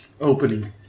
Opening